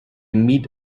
meet